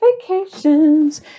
Vacations